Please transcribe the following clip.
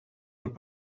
wird